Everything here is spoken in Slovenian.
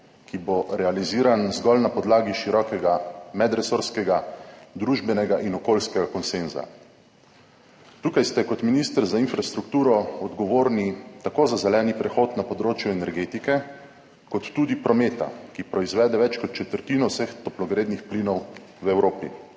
ki bo realiziran zgolj na podlagi širokega medresorskega družbenega in okoljskega konsenza. Tukaj ste kot minister za infrastrukturo odgovorni tako za zeleni prehod na področju energetike kot tudi prometa, ki proizvede več kot četrtino vseh toplogrednih plinov v Evropi.